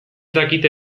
dakite